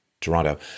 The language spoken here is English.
Toronto